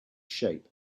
shape